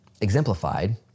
exemplified